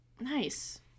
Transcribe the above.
Nice